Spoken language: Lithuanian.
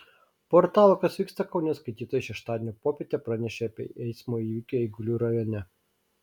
portalo kas vyksta kaune skaitytojai šeštadienio popietę pranešė apie eismo įvykį eigulių rajone